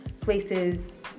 places